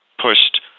pushed